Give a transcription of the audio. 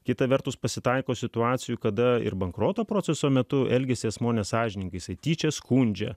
kita vertus pasitaiko situacijų kada ir bankroto proceso metu elgesį asmuo nesąžiningais ir tyčia skundžia